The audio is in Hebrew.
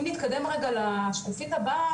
אם נתקדם רגע לשקופית הבאה,